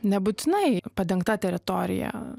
nebūtinai padengta teritorija